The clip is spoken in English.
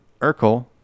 urkel